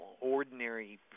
Ordinary